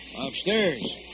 Upstairs